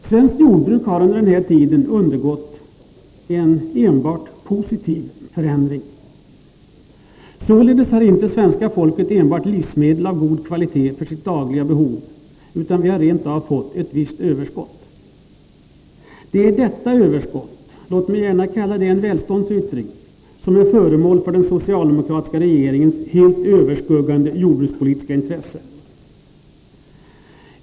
Svenskt jordbruk har under denna tid undergått en positiv förändring. Således har inte svenska folket enbart livsmedel av god kvalitet för sitt dagliga behov, utan vi har rent av fått ett visst överskott. Det är detta överskott — låt mig gärna kalla det en välståndsyttring — som är föremål för den socialdemokratiska regeringens helt överskuggande jordbrukspolitiska intresse.